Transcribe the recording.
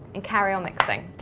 and carry on mixing.